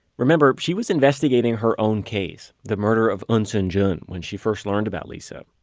remember she was investigating her own case, the murder of eunsoon jun, when she first learned about lisa.